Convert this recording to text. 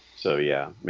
so yeah,